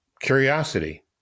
curiosity